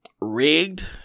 rigged